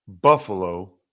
Buffalo